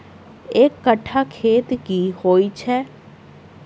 एक कट्ठा खेत की होइ छै?